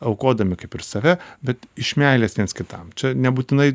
aukodami kaip ir save bet iš meilės viens kitam čia nebūtinai